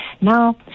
Now